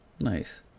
Nice